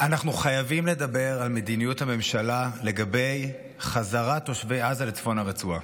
אנחנו חייבים לדבר על מדיניות הממשלה לגבי חזרת תושבי עזה לצפון הרצועה.